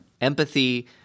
Empathy